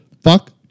Fuck